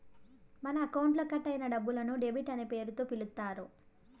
మన అకౌంట్లో కట్ అయిన డబ్బులను డెబిట్ అనే పేరుతో పిలుత్తారు